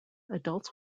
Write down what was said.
adults